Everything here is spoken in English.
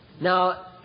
Now